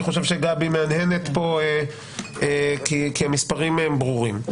אני חושב שגבי מהנהנת פה, כי המספרים ברורים.